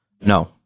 no